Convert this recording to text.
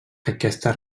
aquesta